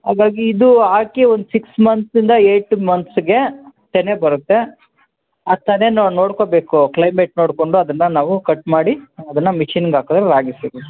ಹಾಗಾಗಿ ಇದು ಹಾಕಿ ಒಂದು ಸಿಕ್ಸ್ ಮಂತ್ಸಿಂದ ಏಟ್ ಮಂತ್ಸ್ಗೆ ತೆನೆ ಬರುತ್ತೆ ಆ ತೆನೆನ ನಾವು ನೋಡ್ಕೋಬೇಕು ಕ್ಲೈಮೇಟ್ ನೋಡಿಕೊಂಡು ಅದನ್ನು ನಾವು ಕಟ್ ಮಾಡಿ ಅದನ್ನು ಮಿಷಿನಿಗೆ ಹಾಕಿದ್ರೆ ರಾಗಿ ಸಿಗತ್ತೆ